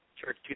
Church